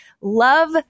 love